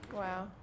wow